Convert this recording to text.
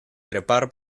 trepar